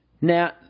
Now